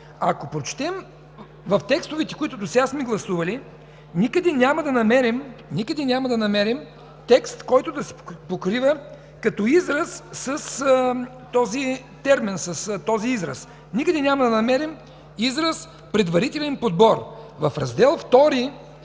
Ако прочетем текстовете, които досега сме гласували, никъде няма да намерим текст, който да се покрива с този израз. Никъде няма да намерим израз „предварителен подбор”. В Раздел